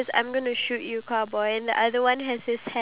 the society is able to